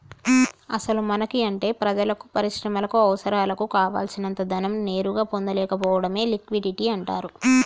అసలు మనకి అంటే ప్రజలకు పరిశ్రమలకు అవసరాలకు కావాల్సినంత ధనం నేరుగా పొందలేకపోవడమే లిక్విడిటీ అంటారు